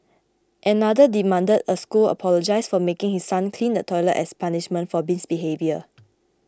another demanded a school apologise for making his son clean the toilet as punishment for misbehaviour